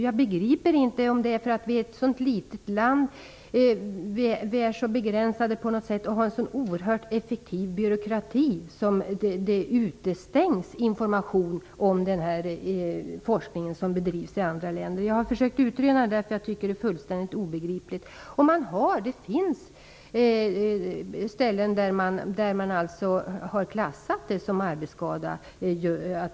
Jag begriper inte om det är för att Sverige är ett så litet land, att vi är så begränsade och har en så oerhört effektiv byråkrati, som information utestängs om den forskning som bedrivs i andra länder. Jag har försökt utröna det, därför att jag tycker att det är fullständigt obegripligt. Det finns ställen där tandsköterskornas skador av detta slag har klassats som arbetsskada.